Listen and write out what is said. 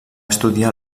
estudiar